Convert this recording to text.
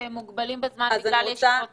מוגבלים בזמן בגלל ישיבות סיעה.